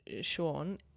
Sean